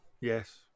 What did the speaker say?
Yes